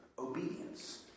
obedience